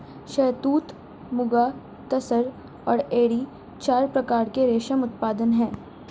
शहतूत, मुगा, तसर और एरी चार प्रकार के रेशम उत्पादन हैं